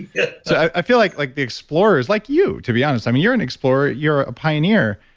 yeah i feel like like the explorers like you, to be honest. you're an explorer. you're a pioneer,